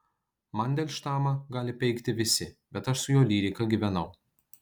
mandelštamą gali peikti visi bet aš su jo lyrika gyvenau